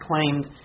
claimed